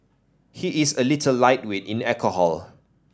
he is a little lightweight in alcohol